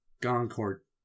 Goncourt